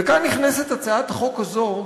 וכאן נכנסת הצעת החוק הזו,